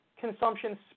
consumption